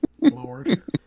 Lord